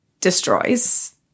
destroys